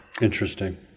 Interesting